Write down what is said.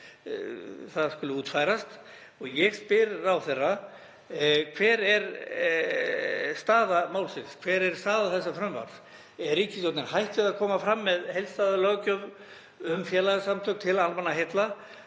það skuli útfærast. Og ég spyr ráðherra: Hver er staða málsins? Hver er staða þessa frumvarps? Er ríkisstjórnin hætt við að koma fram með heildstæða löggjöf um félagasamtök til almannaheilla